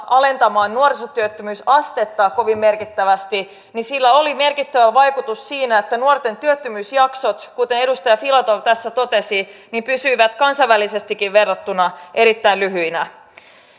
alentamaan nuorisotyöttömyysastetta kovin merkittävästi sillä oli merkittävä vaikutus siinä että nuorten työttömyysjaksot kuten edustaja filatov tässä totesi pysyivät kansainvälisestikin verrattuna erittäin lyhyinä